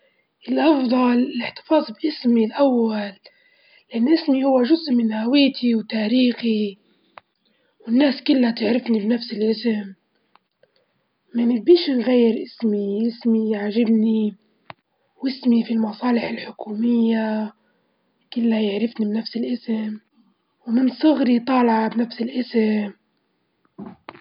الأفضل عمل خمس أيام في الأسبوع لمدة تلات ساعات، هذه طريقة تسمح لي إني نكون أكثر راحة، ونوزن بين العمل وحياتي الشخصية، ونرتاح نفسيًا وجسديًا وذهنيًا، لكن العمل خمستاشر ساعة هذا إرهاق.